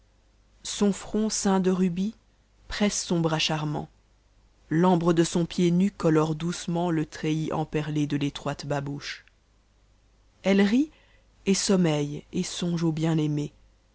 son front ceint de rubis presse son bras charmant l'ambre de son pied nu colore doacement le treillis emperm de l'étroite babouche elle rit et somme ue et songe au bien-aimé